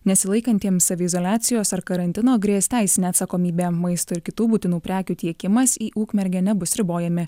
nesilaikantiems saviizoliacijos ar karantino grės teisinė atsakomybė maisto ir kitų būtinų prekių tiekimas į ukmergę nebus ribojami